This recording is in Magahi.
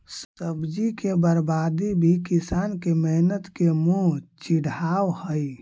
सब्जी के बर्बादी भी किसान के मेहनत के मुँह चिढ़ावऽ हइ